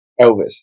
Elvis